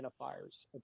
identifiers